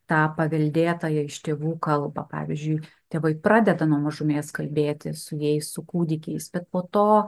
tą paveldėtą iš tėvų kalbą pavyzdžiui tėvai pradeda nuo mažumės kalbėti su jais su kūdikiais bet po to